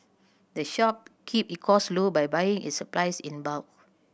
the shop keep it cost low by buying its supplies in bulk